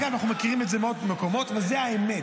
אגב, אנחנו מכירים את זה מעוד מקומות, וזו האמת.